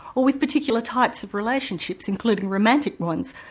or with particular types of relationships, including romantic ones,